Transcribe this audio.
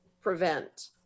prevent